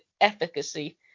efficacy